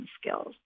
skills